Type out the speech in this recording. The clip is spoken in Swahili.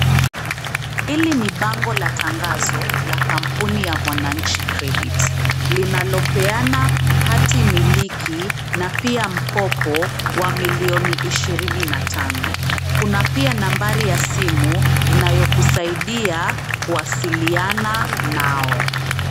Hili ni bango la tangazo la kampuni la mwananchi (cs)credit(cs) linalopeana hatimiliki na mkono wa milioni ishirini na tano. Kuna pia nambari ya simu inayokusaidia kuwasiliana nao.